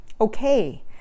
okay